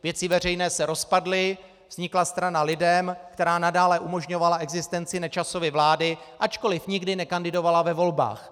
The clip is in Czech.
Věci veřejné se rozpadly, vznikla strana LIDEM, která nadále umožňovala existenci Nečasovy vlády, ačkoliv nikdy nekandidovala ve volbách.